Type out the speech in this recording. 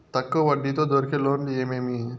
తక్కువ వడ్డీ తో దొరికే లోన్లు ఏమేమీ?